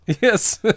Yes